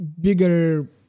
bigger